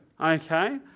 okay